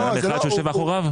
זה בן אדם אחד שיושב מאחוריו?